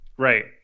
Right